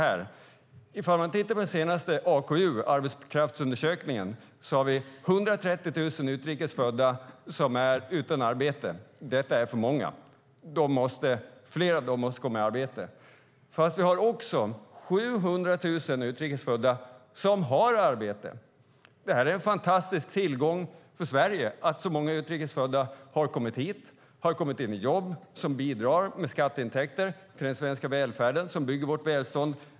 Om man tittar på den senaste AKU:n från Arbetskraftsundersökningarna ser man att vi har 130 000 utrikes födda som är utan arbete. Det är för många. Fler av dem måste komma i arbete. Men vi har också 700 000 utrikes födda som har arbete. Det är en fantastisk tillgång för Sverige att så många utrikes födda har kommit hit, har kommit in i jobb, bidrar med skatteintäkter till den svenska välfärden och bygger vårt välstånd.